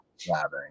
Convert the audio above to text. flattering